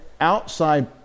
outside